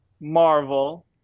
Marvel